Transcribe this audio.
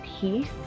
peace